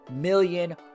million